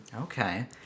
Okay